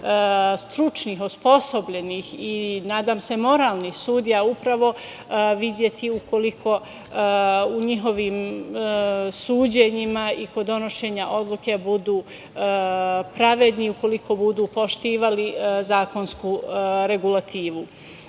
stručnih, osposobljenih i, nadam se, moralnih sudija upravo videti ukoliko u njihovim suđenjima i kod donošenja odluke budu pravedni, ukoliko budu poštovali zakonsku regulativu. Sa